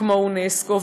כמו אונסק"ו,